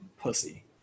pussy